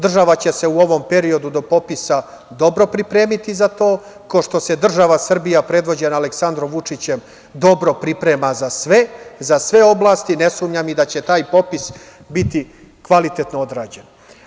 Država će se u ovom periodu do popisa dobro pripremiti za to, kao što se država Srbija predvođena Aleksandrom Vučićem dobro priprema za sve, za sve oblasti, ne sumnjam da će i taj popis biti kvalitetno odrađen.